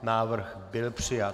Návrh byl přijat.